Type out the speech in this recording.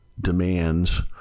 demands